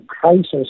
crisis